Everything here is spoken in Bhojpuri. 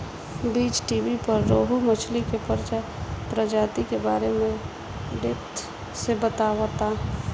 बीज़टीवी पर रोहु मछली के प्रजाति के बारे में डेप्थ से बतावता